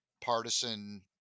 partisan